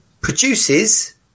produces